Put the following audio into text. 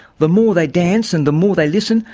the more they dance and the more they listen,